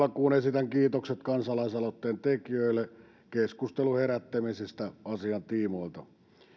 alkuun esitän kiitokset kansalaisaloitteen tekijöille keskustelun herättämisestä asian tiimoilta